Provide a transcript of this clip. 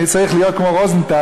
אני צריך להיות כמו רוזנטל,